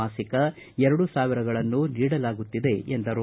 ಮಾಸಿಕ ಎರಡು ಸಾವಿರಗಳನ್ನು ನೀಡಲಾಗುತ್ತಿದೆ ಎಂದರು